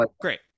great